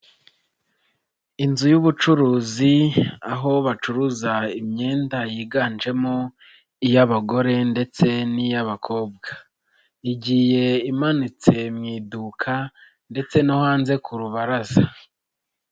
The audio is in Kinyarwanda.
Inzu y'ubucuruzi aho bacuruza imyenda yiganjemo iy'abagore ndetse n'iy'abakobwa, igiye imanitse mu iduka ndetse no hanze ku rubaraza.